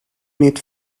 need